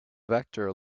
vector